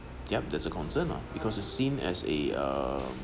yup there's a concern lah because is seen as a uh